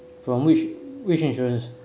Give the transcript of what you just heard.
from which which insurance